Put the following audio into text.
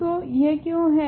तो यह क्यो है